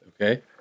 Okay